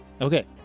Okay